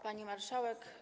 Pani Marszałek!